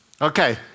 Okay